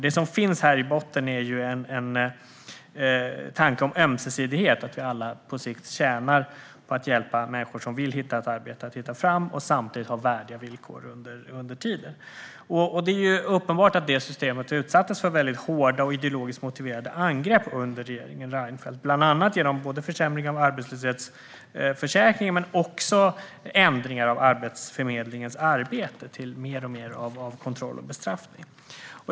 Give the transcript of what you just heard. Det som finns i botten är en tanke om ömsesidighet, att vi alla på sikt tjänar på att hjälpa de människor som vill hitta ett arbete och att de samtidigt har värdiga villkor under tiden. Det är uppenbart att det systemet utsattes för väldigt hårda och ideologiskt motiverade angrepp under regeringen Reinfeldt, bland annat genom försämring av arbetslöshetsförsäkringen men också genom ändringar av Arbetsförmedlingens arbete till mer av kontroll och bestraffning.